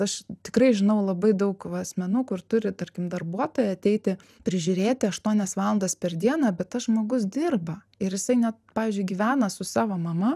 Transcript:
aš tikrai žinau labai daug va asmenų kur turi tarkim darbuotoja ateiti prižiūrėti aštuonias valandas per dieną bet tas žmogus dirba ir jisai net pavyzdžiui gyvena su savo mama